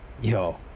Yo